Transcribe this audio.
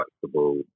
flexible